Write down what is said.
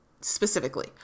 specifically